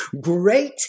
great